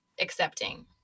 accepting